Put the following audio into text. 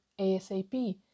ASAP